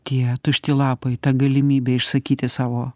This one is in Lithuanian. tie tušti lapai ta galimybė išsakyti savo